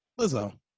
Lizzo